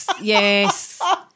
yes